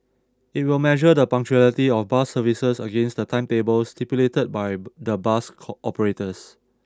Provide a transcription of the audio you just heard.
it will measure the punctuality of bus services against the timetables stipulated by the bus operators